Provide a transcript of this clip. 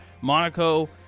monaco